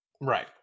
Right